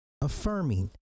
affirming